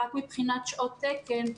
רק מבחינת שעות תקן,